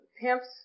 pimps